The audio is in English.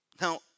Now